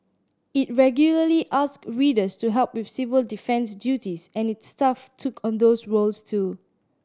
it regularly asked readers to help with civil defence duties and its staff took on those roles too